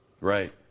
Right